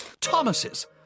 Thomas's